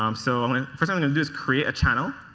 um so i mean first i'm going to create a channel.